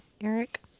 Eric